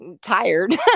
tired